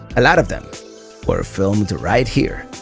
a lot of them were filmed right here.